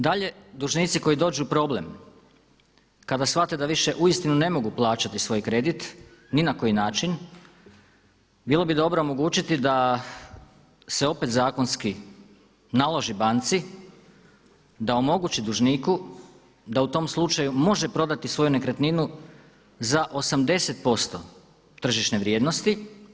Dalje, dužnici koji dođu u problem, kada shvate da više uistinu ne mogu plaćati svoj kredit ni na koji način bilo bi dobro omogućiti da se opet zakonski naloži banci da omogući dužniku da u tom slučaju može prodati svoju nekretninu za 80% tržišne vrijednosti.